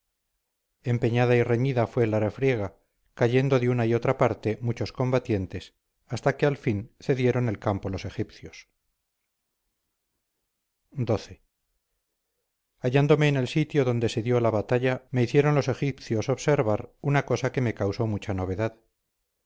empeñada y reñida fue la refriega cayendo de una y otra parte muchos combatientes hasta que al fin cedieron el campo los egipcios xii hallándome en el sitio donde se dio la batalla me hicieron los egipcios observar una cosa que me causó mucha novedad